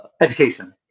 education